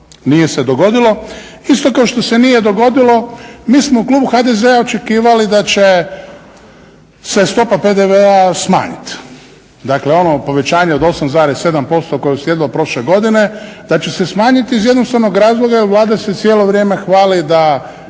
nije se dogodilo isto kao što se nije dogodilo, mi smo u klubu HDZ-a očekivali da će se stopa PDV-a smanjiti. Dakle ona povećanje od 8,7% koje je uslijedilo prošle godine da će se smanjiti iz jednostavnog razloga jer Vlada se cijelo vrijeme hvali da